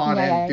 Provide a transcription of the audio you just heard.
ya ya